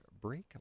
break